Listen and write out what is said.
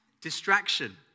Distraction